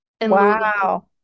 Wow